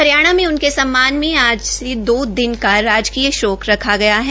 हरियाणा में उनके सममान में आज से दो दिन का राजकीय शोक रखा गया है